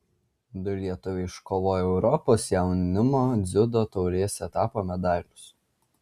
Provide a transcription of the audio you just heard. du lietuviai iškovojo europos jaunimo dziudo taurės etapo medalius